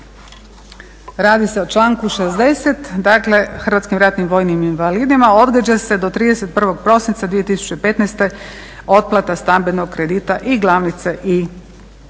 radi se o članku 60., dakle "Hrvatskim ratnim vojnim invalidima odgađa se do 31. prosinca 2015. otplata stambenog kredita i glavnice i